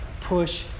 Push